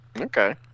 Okay